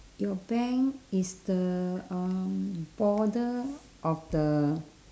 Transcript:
your bank is the um border of the